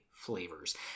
flavors